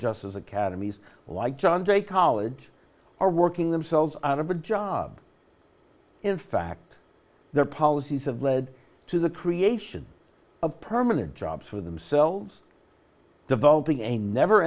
justice academies like john jay college are working themselves out of a job in fact their policies have led to the creation of permanent jobs for themselves developing a never